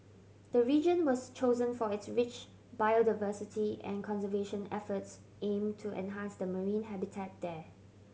the region was chosen for its rich biodiversity and conservation efforts aim to enhance the marine habitat there